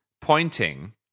pointing